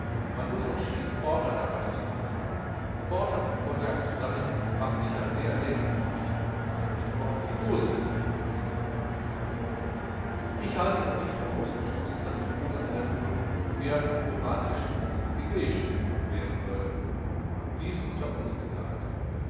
man muß entschieden porter dabei zur hand haben porter und cognac zusammen macht sicher sehr säbelmutig man muß nur auch die dosis richtig bemessen ich halte es nicht für ausgeschlossen daß ich ohne alkohol mehr horazischen als achilleischen mut bewähren würde dies unter uns gesagt